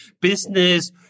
business